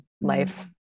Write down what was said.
life